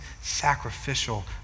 sacrificial